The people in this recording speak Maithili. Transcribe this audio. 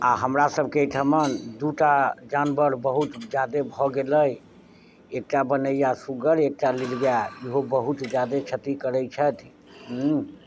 आ हमरासभके एहिठिमन दूटा जानवर बहुत ज्यादे भऽ गेलै एकटा बनैआ सुगर एकटा नील गाए इहो बहुत ज्यादे क्षति करैत छथि